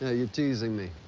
ah you're teasing me.